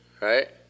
right